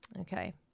Okay